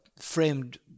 framed